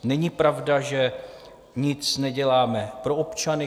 Není pravda, že nic neděláme pro občany.